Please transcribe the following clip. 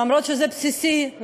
אף שזה בסיסי,